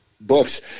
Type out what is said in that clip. books